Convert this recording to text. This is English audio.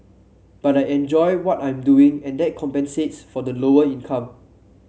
but I enjoy what I'm doing and that compensates for the lower income